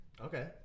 Okay